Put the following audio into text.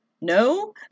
No